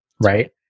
Right